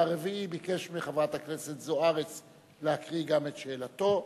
והרביעי ביקש מחברת הכנסת זוארץ להקריא את שאלתו.